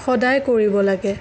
সদায় কৰিব লাগে